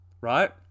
right